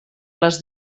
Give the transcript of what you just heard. les